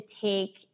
take